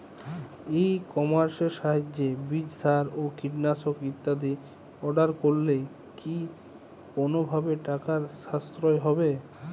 ই কমার্সের সাহায্যে বীজ সার ও কীটনাশক ইত্যাদি অর্ডার করলে কি কোনোভাবে টাকার সাশ্রয় হবে?